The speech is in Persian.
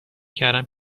کردم